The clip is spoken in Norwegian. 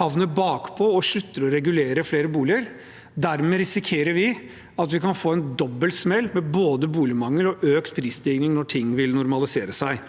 havner bakpå og slutter å regulere flere boliger. Dermed risikerer vi å få en dobbel smell, med både boligmangel og økt prisstigning når ting vil normalisere seg.